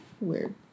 weird